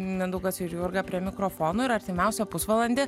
mindaugas ir jurga prie mikrofonų ir artimiausią pusvalandį